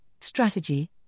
strategy